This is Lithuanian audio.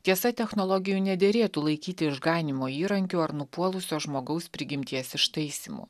tiesa technologijų nederėtų laikyti išganymo įrankiu ar nupuolusio žmogaus prigimties ištaisymu